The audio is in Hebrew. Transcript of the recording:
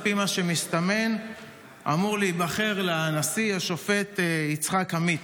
על פי מה שמסתמן אמור להיבחר לנשיא השופט יצחק עמית.